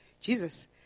Jesus